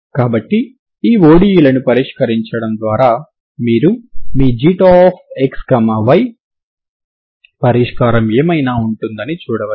కాబట్టి ఈ ODE లను పరిష్కరించడం ద్వారా మీరు మీ xy పరిష్కారం ఏమైనా ఉంటుందని చూడవచ్చు